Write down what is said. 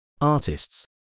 artists